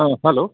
অঁ হেল্ল'